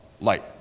light